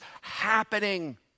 happening